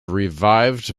revived